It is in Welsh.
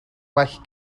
well